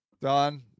Done